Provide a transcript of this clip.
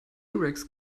rex